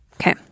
Okay